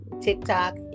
TikTok